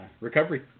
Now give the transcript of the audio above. recovery